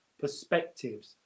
perspectives